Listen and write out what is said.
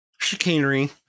chicanery